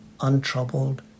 untroubled